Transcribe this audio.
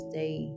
day